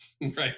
Right